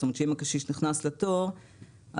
זאת אומרת שאם הקשיש נכנס לתור אז